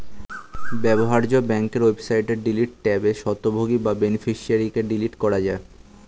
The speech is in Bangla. ব্যবহার্য ব্যাংকের ওয়েবসাইটে ডিলিট ট্যাবে স্বত্বভোগী বা বেনিফিশিয়ারিকে ডিলিট করা যায়